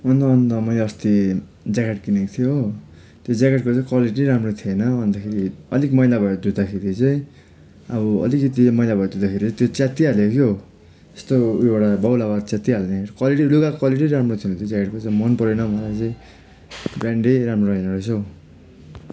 हुन त हुन त मैले अस्ति ज्याकेट किनेको थिएँ हो त्यो ज्याकेटको चाहिँ क्वालिटी राम्रो थिएन अन्तखेरि अलिक मैला भएर धुँदाखेरि चाहिँ अब अलिकति मैला भएर धुँदाखेरि त्यो च्यात्तिइहाल्यो क्या हो यस्तो उयो एउटा बाहुलाबाट च्यात्तिइहाल्ने क्वालिटी लुगाको क्वालिटी राम्रो छैन रहेछ हेर्दा चाहिँ मनपरेन मलाई चाहिँ ब्रान्डै राम्रो रहेन रहेछ हो